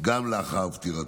גם לאחר פטירתו.